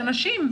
שהנשים,